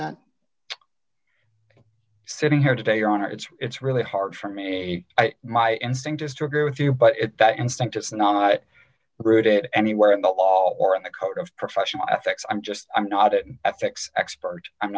that sitting here today your honor it's it's really hard for me my instinct is to agree with you but that and fact it's not rooted anywhere in the law or in the code of professional ethics i'm just i'm not it ethics expert i'm